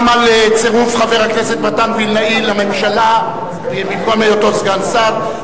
גם על צירוף חבר הכנסת מתן וילנאי לממשלה במקום היותו סגן שר,